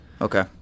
Okay